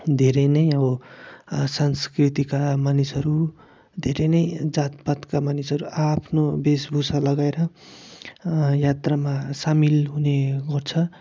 धेरै नै अब संस्कृतिका मानिसहरू धेरै नै जातपातका मानिसहरू आआफ्नो वेशभुषा लगाएर यात्रामा सामेल हुने गर्छ